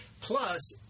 Plus